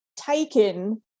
taken